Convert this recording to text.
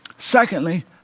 Secondly